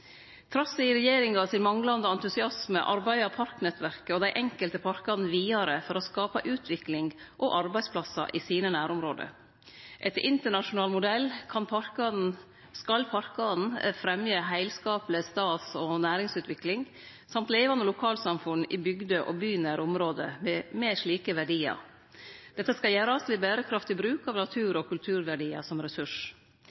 Trass i manglande entusiasme frå regjeringa si side arbeider parknettverket og dei enkelte parkane vidare for å skape utvikling og arbeidsplassar i sine nærområde. Etter internasjonal modell skal parkane fremje ei heilskapleg stad- og næringsutvikling og levande lokalsamfunn i bygde- og bynære område med slike verdiar. Dette skal gjerast ved berekraftig bruk av